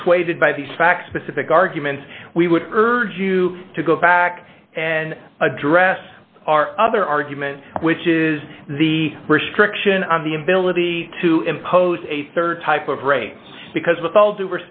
persuaded by these facts specific arguments we would urge you to go back and address our other argument which is the restriction on the ability to impose a rd type of rating because with all due